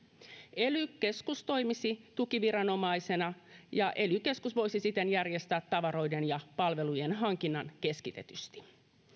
ely keskus toimisi tukiviranomaisena ja ely keskus voisi siten järjestää tavaroiden ja palvelujen hankinnan keskitetysti